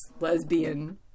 lesbian